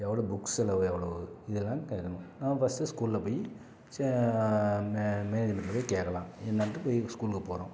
எவ்வளோ புக்ஸ் செலவு எவ்வளோவு இதெல்லாம் கேட்கணும் நம்ம ஃபஸ்ட்டு ஸ்கூலில் போய் சே மே மேனேஜுமெண்ட்டில் போய் கேட்கலாம் என்னென்ட்டு போய் ஸ்கூலுக்கு போகிறோம்